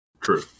True